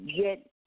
get